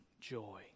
joy